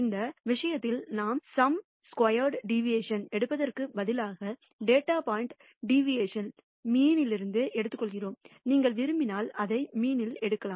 இந்த விஷயத்தில் sum square deviation எடுப்பதற்கு பதிலாக டேட்டா பாயின்ட் அப்சல்யூட் டிவியேஷன் மீனி லிருந்து எடுத்துக்கொள்கிறோம் நீங்கள் விரும்பினால் அதை மீனிலிருந்து எடுக்கலாம்